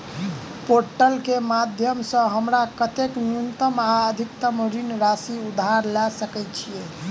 Portal केँ माध्यम सऽ हमरा केतना न्यूनतम आ अधिकतम ऋण राशि उधार ले सकै छीयै?